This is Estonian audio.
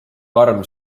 karm